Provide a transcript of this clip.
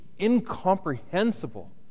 incomprehensible